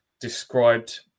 described